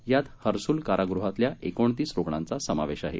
यात हर्सुल कारागृहातल्या एकोणतीस रुग्णांचा समावेश आहे